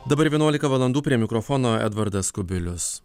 dabar vienuolika valandų prie mikrofono edvardas kubilius